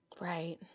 right